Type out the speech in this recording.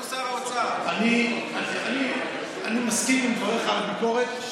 אני מסכים עם דבריך על הביקורת,